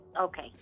Okay